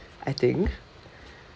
I think